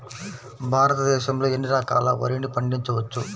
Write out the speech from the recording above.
భారతదేశంలో ఎన్ని రకాల వరిని పండించవచ్చు